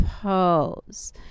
Pose